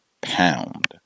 pound